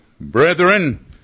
brethren